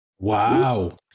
Wow